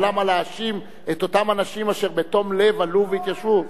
אבל למה להאשים את אותם אנשים אשר בתום לב עלו והתיישבו?